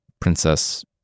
Princess